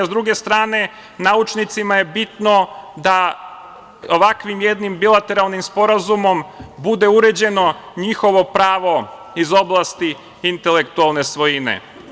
Sa druge strane, naučnicima je bitno da ovakvim jednim bilateralnim sporazumom bude uređeno njihovo pravo iz oblasti intelektualne svojine.